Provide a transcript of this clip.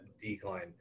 decline